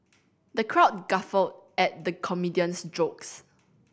the crowd guffawed at the comedian's jokes